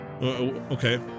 Okay